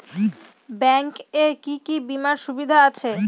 Bank এ কি কী বীমার সুবিধা আছে?